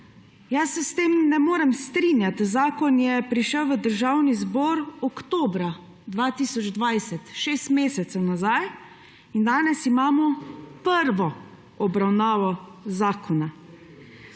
Jaz se s tem ne morem strinjati. Zakon je prišel v Državni zbor oktobra 2020, šest mesecev nazaj, in danes imamo prvo obravnavo zakona.